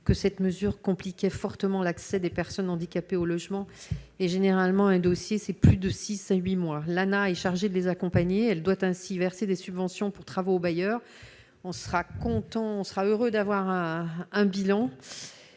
que cette mesure compliquer fortement l'accès des personnes handicapées, au logement et, généralement, un dossier, c'est plus de 6 à 8 mois l'est chargé de les accompagner, elle doit ainsi verser des subventions pour travaux bailleurs on sera content, on sera heureux d'avoir un bilan